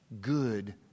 good